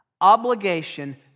obligation